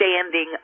standing